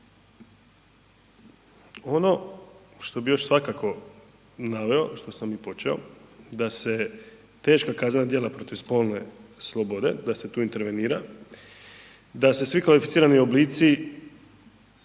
Ono što bih još svakako naveo što sam i počeo da se teška kaznena djela protiv spolne slobode da se tu intervenira, da se svi kvalificirani oblici